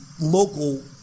local